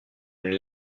une